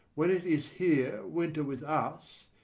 when it is here winter with us,